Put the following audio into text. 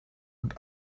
und